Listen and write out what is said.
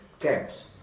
camps